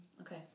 Okay